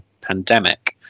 pandemic